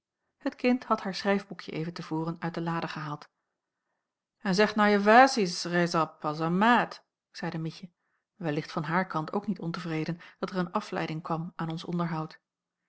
het kind had haar schrijfboekje even te voren uit de lade gehaald en zeg nou je vairssies reis op as een maid zeide mietje wellicht van haar kant ook niet ontevreden dat er een afleiding kwam aan ons onderhoud